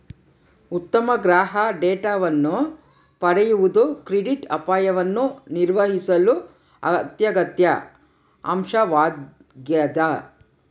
ಉತ್ತಮ ಗ್ರಾಹಕ ಡೇಟಾವನ್ನು ಪಡೆಯುವುದು ಕ್ರೆಡಿಟ್ ಅಪಾಯವನ್ನು ನಿರ್ವಹಿಸಲು ಅತ್ಯಗತ್ಯ ಅಂಶವಾಗ್ಯದ